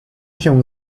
się